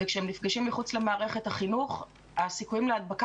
וכשהם נפגשים מחוץ למערכת החינוך הסיכויים להדבקה